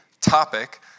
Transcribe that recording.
topic